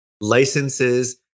licenses